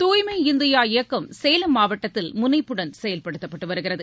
தூய்மை இந்தியா இயக்கம் சேலம் மாவட்டத்தில் முனைப்புடன் செயல்படுத்தப்பட்டுவருகிறது